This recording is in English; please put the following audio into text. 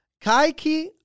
Kaiki